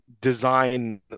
design